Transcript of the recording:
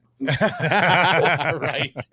Right